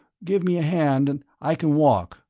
give me a hand and i can walk,